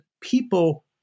people